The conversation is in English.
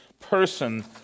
person